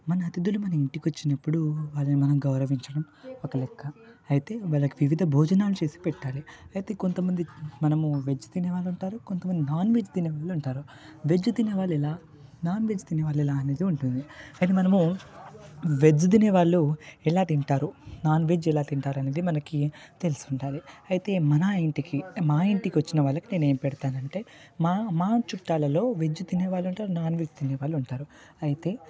మన అతిథులు మన ఇంటికి వచ్చినప్పుడు వాళ్ళని మనం గౌరవించడం ఒక లెక్క అయితే వాళ్ళకి వివిధ భోజనాలు చేసి పెట్టాలి అయితే మనం కొంతమంది వెజ్ తినే వాళ్ళు ఉంటారు కొంతమంది నాన్ వెజ్ తినే వాళ్ళు ఉంటారు వెజ్ తినే వాళ్ళు ఎలా నాన్ వెజ్ తినే వాళ్ళు ఎలా అనేది ఉంటుంది అయితే మనము వెజ్ తినే వాళ్ళు ఎలా తింటారు నాన్ వెజ్ తినే వాళ్ళు ఎలాంటి తింటారు అనేది మనకి తెలిసి ఉండాలి అయితే మన ఇంటికి మా ఇంటికి వచ్చిన వాళ్ళకి నేను ఏం పెడతాను అంటే మా మా చుట్టాలలో వెజ్ తినే వాళ్ళు ఉంటారు నాన్ వెజ్ తినే వాళ్ళు ఉంటారు అయితే